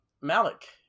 Malik